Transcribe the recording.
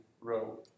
row